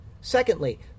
Secondly